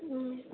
ம்